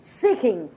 seeking